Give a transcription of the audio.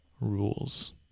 rules